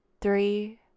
three